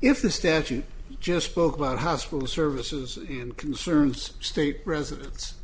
if the statute just spoke about hospital services and concerns state residents